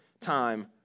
time